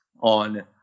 On